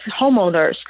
homeowners